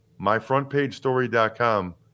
myfrontpagestory.com